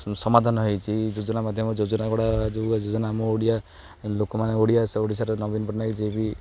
ସମାଧାନ ହେଇଛି ଯୋଜନା ମାଧ୍ୟମ ଯୋଜନା ଗୁଡ଼ା ଯେଉଁ ଯୋଜନା ଆମ ଓଡ଼ିଆ ଲୋକମାନେ ଓଡ଼ିଆ ସେ ଓଡ଼ିଶାରେ ନବୀନ ପଟ୍ଟନାୟକ ଯିଏ କି